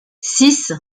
six